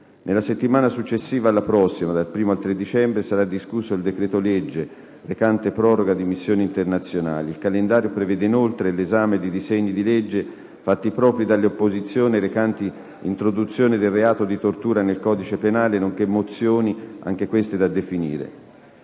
Nella settimana successiva alla prossima - dal 1° al 3 dicembre - sarà discusso il decreto-legge recante proroga di missioni internazionali. Il calendario prevede inoltre 1'esame di disegni di legge fatti propri dalle opposizioni recanti introduzione del reato di tortura nel codice penale, nonché mozioni, anche queste da definire.